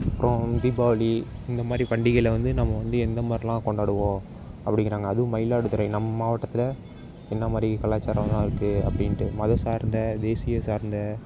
அப்றம் தீபாவளி இந்தமாதிரி பண்டிகைகள வந்து நம்ம வந்து எந்தமாதிரிலாம் கொண்டாடுவோம் அப்டிங்கிறாங்க அதுவும் மயிலாடுதுறை நம் மாவட்டத்தில் என்ன மாதிரி கலாச்சாரம்லாம் இருக்கு அப்படின்ட்டு மதம் சார்ந்த தேசிய சார்ந்த